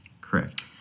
correct